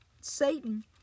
satan